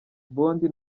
mbondi